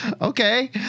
Okay